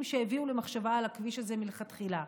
שהביאו למחשבה על הכביש הזה מלכתחילה,